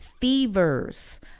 Fevers